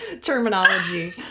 terminology